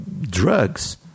drugs